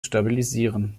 stabilisieren